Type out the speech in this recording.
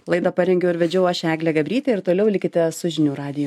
laidą parengiau ir vedžiau aš eglė gabrytė ir toliau likite su žinių radiju